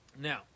Now